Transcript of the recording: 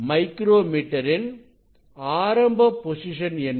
micro metre ன் ஆரம்ப position என்ன